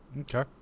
okay